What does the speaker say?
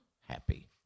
happy